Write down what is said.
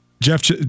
Jeff